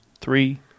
three